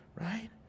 right